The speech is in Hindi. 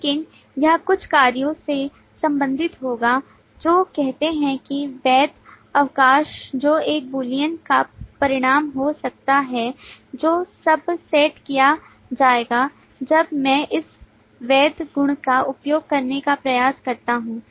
लेकिन यह कुछ कार्यों से संबंधित होगा जो कहते हैं कि वैध अवकाश जो एक बूलियन का परिणाम हो सकता है जो तब सेट किया जाएगा जब मैं इस वैध गुणका उपयोग करने का प्रयास करता हूं